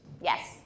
Yes